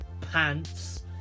pants